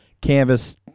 canvas